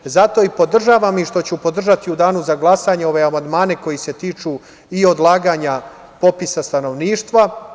Zato i podržavam i što ću podržati u Danu za glasanje ove amandmane koji se tiču i odlaganja popisa stanovništva.